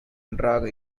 நன்றாக